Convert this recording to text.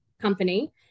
company